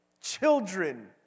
Children